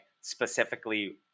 specifically